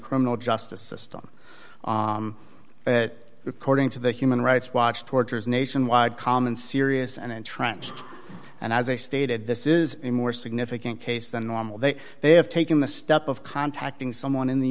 criminal justice system that according to the human rights watch tortures nationwide common serious and entrenched and as i stated this is a more significant case than normal that they have taken the step of contacting someone in the